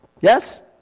Yes